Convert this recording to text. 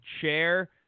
chair